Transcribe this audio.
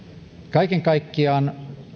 kaiken kaikkiaan